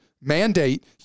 mandate